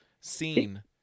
seen